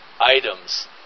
items